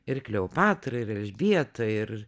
ir kleopatra ir elžbieta ir